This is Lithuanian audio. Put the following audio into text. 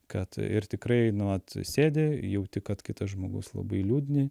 kad ir tikrai nu vat sėdi jauti kad kitas žmogus labai liūdni